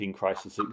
crisis